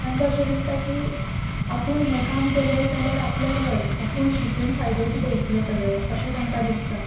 तांकां अशें दिसता की आपूण हें काम केलें जाल्यार आपल्याक लज आपूण शिकून फायदो कितें इतलो सगळें अशें तांकां दिसता